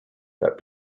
that